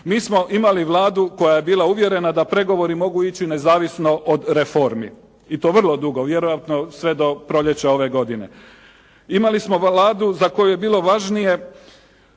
Mi smo imali Vladu koja je bila uvjerena da pregovori mogu ići nezavisno od reformi i to vrlo dugo. Vjerojatno sve do proljeća ove godine. Imali smo Vladu za koju je bilo važnije